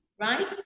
right